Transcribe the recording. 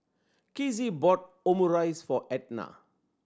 Kizzie bought Omurice for Edna